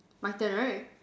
my turn right